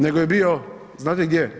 Nego je bio, znate gdje?